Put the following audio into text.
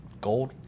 Gold